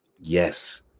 Yes